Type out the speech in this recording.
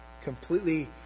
completely